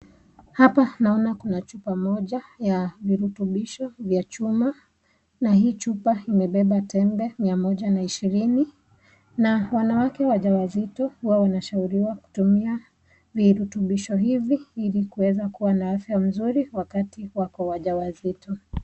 Hapa naona kuna chupa moja ya virutubisho ya chuma na hii chupa imebeba tembe mia moja na ishirini wanawake wajawazito wanashauriwa kutumia virutubisho hivi ili kuweza kuwa na afya mzuri wakati wako wajawazito.